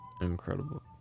Incredible